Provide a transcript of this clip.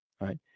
Right